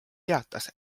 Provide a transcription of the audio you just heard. teatas